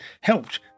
helped